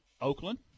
Oakland